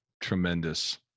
Tremendous